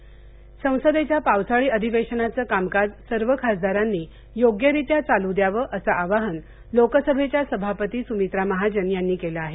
संसद अधिवेशन संसदेच्या पावसाळी अधिवेशनाचं कामकाज सर्व खासदारांनी योग्यरित्या चालू द्यावं असं आवाहन लोकसभेच्या सभापती सुमित्रा महाजन यांनी केलं आहे